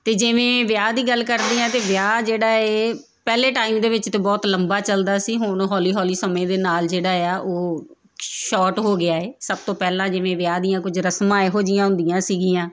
ਅਤੇ ਜਿਵੇਂ ਵਿਆਹ ਦੀ ਗੱਲ ਕਰਦੀ ਹਾਂ ਤਾਂ ਵਿਆਹ ਜਿਹੜਾ ਹੈ ਪਹਿਲੇ ਟਾਈਮ ਦੇ ਵਿੱਚ ਹੈ ਬਹੁਤ ਲੰਬਾ ਚੱਲਦਾ ਸੀ ਹੁਣ ਹੌਲੀ ਹੌਲੀ ਸਮੇਂ ਦੇ ਨਾਲ ਜਿਹੜਾ ਆ ਉਹ ਸ਼ੋਰਟ ਹੋ ਗਿਆ ਹੈ ਸਭ ਤੋਂ ਪਹਿਲਾਂ ਜਿਵੇਂ ਵਿਆਹ ਦੀਆਂ ਕੁਝ ਰਸਮਾਂ ਇਹੋ ਜਿਹੀਆਂ ਹੁੰਦੀਆਂ ਸੀਗੀਆਂ